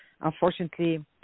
Unfortunately